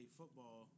football